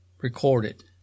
recorded